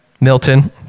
Milton